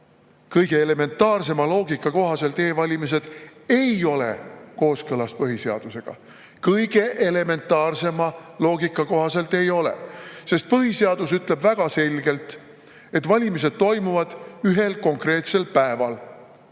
kõige elementaarsema loogika kohaselt ei ole e‑valimised kooskõlas põhiseadusega. Kõige elementaarsema loogika kohaselt ei ole, sest põhiseadus ütleb väga selgelt, et valimised toimuvad ühel konkreetsel päeval,